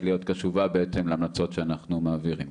להיות קשובה להמלצות שאנחנו מעבירים.